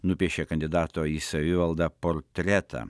nupiešė kandidato į savivaldą portretą